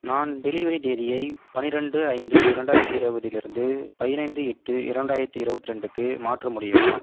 நான் டெலிவரி தேதியை பனிரெண்டு ஐந்து இரண்டாயிரத்தி இருபதிலிருந்து பதினைந்து எட்டு இரண்டாயிரத்தி இருபத்தி ரெண்டுக்கு மாற்ற முடியுமா